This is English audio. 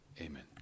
amen